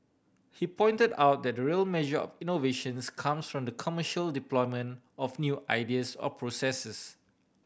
he pointed out that the real measure of innovations comes from the commercial deployment of new ideas or processes